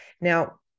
Now